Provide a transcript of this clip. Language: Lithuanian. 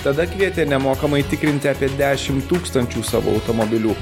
tada kvietė nemokamai tikrinti apie dešim tūkstančių savo automobilių